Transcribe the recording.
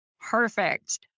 Perfect